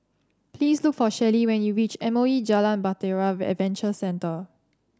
please look for Shelli when you reach M O E Jalan Bahtera Adventure Centre